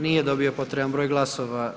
Nije dobio potreban broj glasova.